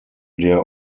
der